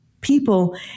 people